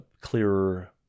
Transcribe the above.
clearer